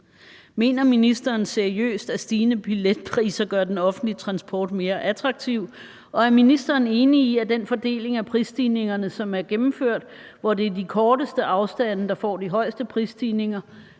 Mener ministeren seriøst, at stigende billetpriser gør den offentlige transport mere attraktiv, og er ministeren enig i, at den fordeling af prisstigningerne, som er gennemført, hvor det er de korteste afstande, der får de højeste prisstigninger,